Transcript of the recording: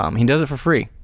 um he does it for free.